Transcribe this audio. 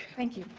thank you.